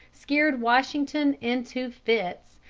scared washington into fits,